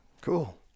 Cool